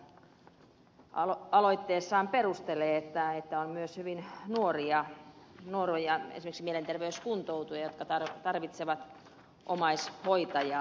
rauhala tässä aloitteessaan perustelee että on myös hyvin nuoria esimerkiksi mielenterveyskuntoutujia jotka tarvitsevat omaishoitajaa